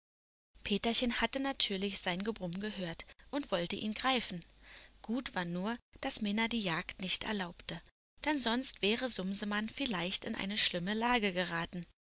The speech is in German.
peterchen hatte natürlich sein gebrumm gehört und wollte ihn greifen gut war nur daß minna die jagd nicht erlaubte denn sonst wäre sumsemann vielleicht in eine schlimme lage geraten